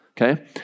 Okay